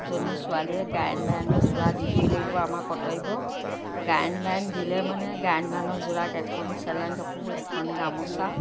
জনী ছোৱালীয়ে গায়ন বায়নৰ যোৰা দিবই লাগিব আমাৰ কৰ্তব্য গায়ন বায়ন দিলে মানে গায়ন বায়নৰ যোৰাক এখন চেলেং কাপোৰ এখন গামোচা